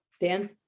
Dan